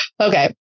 Okay